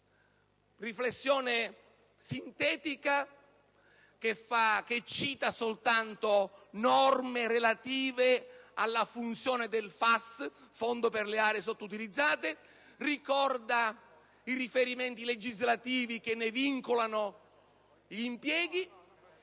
riflessione sintetica che cita soltanto norme relative alla funzione del FAS (Fondo per le aree sottoutilizzate), ricorda i riferimenti legislativi che ne vincolano gli impieghi